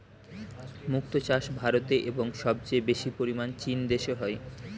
মুক্ত চাষ ভারতে এবং সবচেয়ে বেশি পরিমাণ চীন দেশে হয়